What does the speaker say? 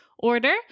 order